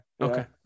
Okay